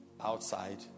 outside